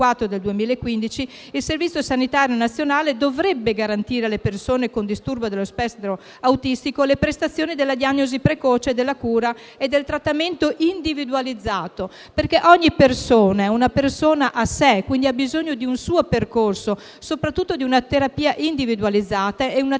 il Servizio sanitario nazionale dovrebbe garantire alle persone con disturbo dello spettro autistico le prestazioni della diagnosi precoce, della cura e del trattamento individualizzato, perché ogni persona è una persona a sé, quindi ha bisogno di un suo percorso, soprattutto di una terapia individualizzata e di una terapia integrativa